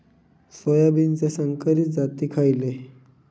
सोयाबीनचे संकरित जाती खयले?